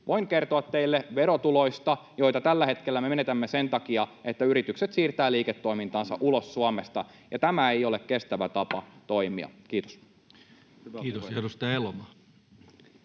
Voin kertoa teille: verotuloista, joita tällä hetkellä me menetämme sen takia, että yritykset siirtävät liiketoimintaansa ulos Suomesta, ja tämä ei ole kestävä tapa toimia. — Kiitos. [Speech 76]